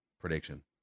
prediction